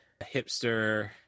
hipster